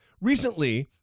Recently